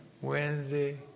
Wednesday